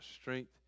strength